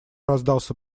раздался